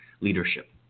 leadership